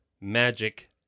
magic